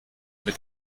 mit